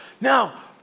Now